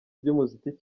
by’umuziki